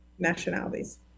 nationalities